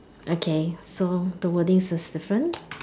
okay so the wordings is different